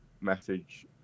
message